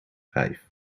vijf